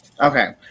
Okay